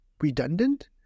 redundant